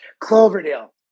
Cloverdale